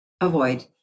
avoid